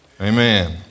Amen